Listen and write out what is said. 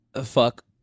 fuck